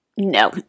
no